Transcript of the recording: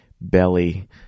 belly